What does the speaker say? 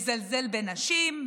מזלזל בנשים,